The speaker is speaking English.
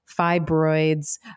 fibroids